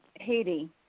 Haiti